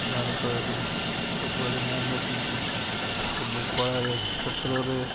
ଭାରତ ଏବେ ସବୁଆଡ଼େ ନାମ ରଖିଛି ସବୁ କଳାରେ କ୍ଷେତ୍ରରେ